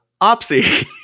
Opsy